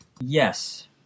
Yes